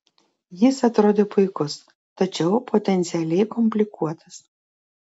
jis atrodė puikus tačiau potencialiai komplikuotas